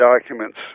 documents